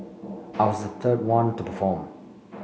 I was third one to perform